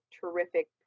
terrific